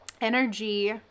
energy